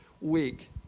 week